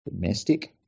domestic